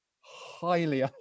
Highly